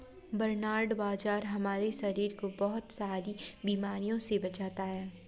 barnyard बाजरा हमारे शरीर को बहुत सारी बीमारियों से बचाता है